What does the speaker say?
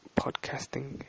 podcasting